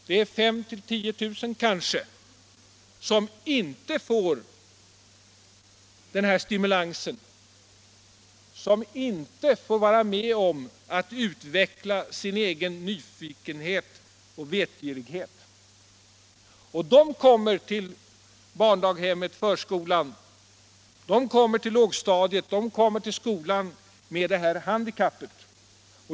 Det är kanske 5 000-10 000 som inte får den här stimulansen, som inte får vara med om att utveckla sin egen nyfikenhet och vetgirighet. De kommer till daghemmet, till förskolan, till lågstadiet osv. med detta handikapp.